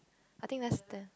I think less than